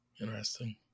interesting